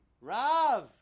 Rav